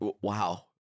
Wow